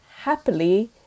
happily